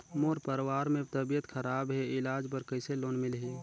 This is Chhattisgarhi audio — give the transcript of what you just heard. मोर परवार मे तबियत खराब हे इलाज बर कइसे लोन मिलही?